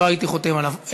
לא הייתי חותם עליו.